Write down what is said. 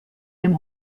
dem